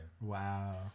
Wow